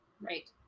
Right